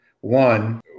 one